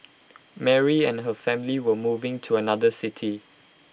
Mary and her family were moving to another city